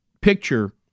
picture